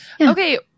Okay